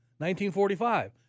1945